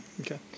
Okay